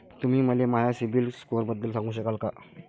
तुम्ही मले माया सीबील स्कोअरबद्दल सांगू शकाल का?